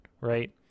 right